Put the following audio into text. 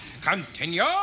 continue